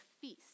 feast